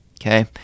okay